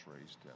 raised